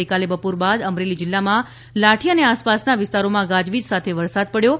ગઇકાલે બપોર બાદ અમરેલી જિલ્લામાં લાઠી અને આસપાસના વિસ્તારોમાં ગાજવીજ સાથે વરસાદ પડ્યો હતો